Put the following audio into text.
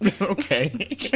Okay